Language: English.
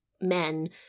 men